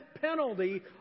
penalty